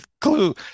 clue